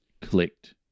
clicked